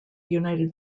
united